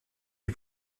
ich